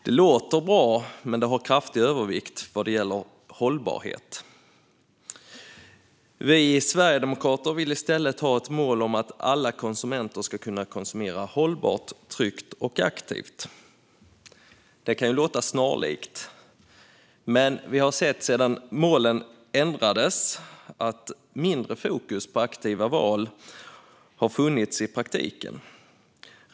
Det låter bra, men det har kraftig övervikt vad gäller hållbarhet. Vi sverigedemokrater vill i stället ha ett mål om att alla konsumenter ska kunna konsumera hållbart, tryggt och aktivt. Det kan låta snarlikt. Men sedan målen ändrades har vi sett att mindre fokus på aktiva val har funnits i praktiken.